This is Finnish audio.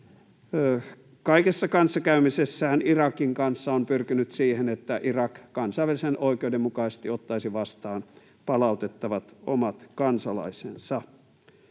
kaikessa kanssakäymisessään Irakin kanssa on pyrkinyt siihen, että Irak kansainvälisen oikeuden mukaisesti ottaisi vastaan palautettavat omat kansalaisensa.